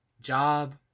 job